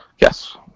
yes